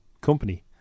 company